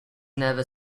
never